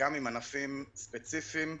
גם עם ענפים ספציפיים,